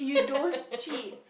you don't cheat